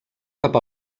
cap